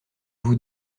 vous